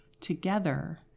together